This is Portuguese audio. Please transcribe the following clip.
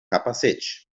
capacete